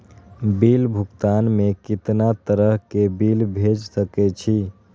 Bill भुगतान में कितना तरह के बिल भेज सके छी?